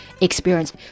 experience